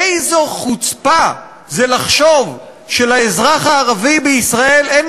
איזו חוצפה זה לחשוב שלאזרח הערבי בישראל אין